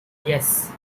yes